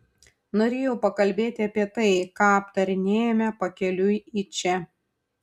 norėjau pakalbėti apie tai ką aptarinėjome pakeliui į čia